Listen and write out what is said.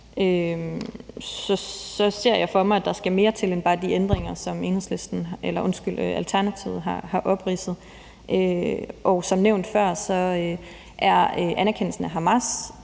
så ser jeg for mig, at der skal mere til end bare de ændringer, som Alternativet har opridset. Og som nævnt før er anerkendelsen af Hamas'